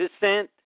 descent